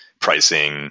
pricing –